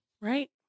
Right